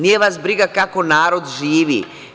Nije vas briga kako narod živi.